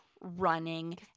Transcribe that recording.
running